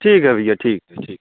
ठीक है भैया ठीक है ठीक